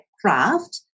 craft